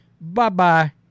Bye-bye